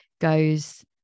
goes